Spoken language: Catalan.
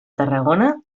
tarragona